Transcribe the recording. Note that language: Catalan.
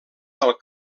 del